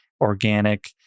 Organic